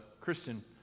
Christian